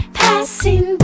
passing